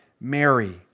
Mary